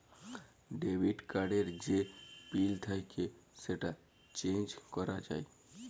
debit card এর যে pin থাক্যে সেটা চেঞ্জ ক্যরা যায়